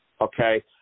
okay